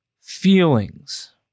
feelings